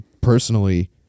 personally